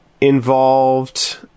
involved